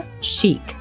chic